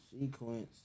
sequence